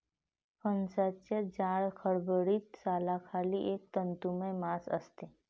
फणसाच्या जाड, खडबडीत सालाखाली एक तंतुमय मांस असते